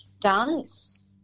dance